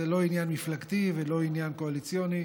זה לא עניין מפלגתי ולא עניין קואליציוני.